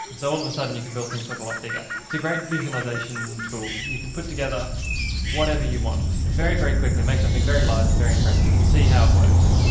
and so all of a sudden you can build things that are a lot bigger. it's a great visualisation tool. you can put together whatever you want very, very quickly, make something very large and very impressive and see how it works.